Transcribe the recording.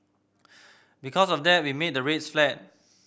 because of that we made the rates flat